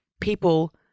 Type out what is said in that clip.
people